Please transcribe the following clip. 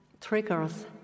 triggers